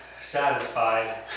satisfied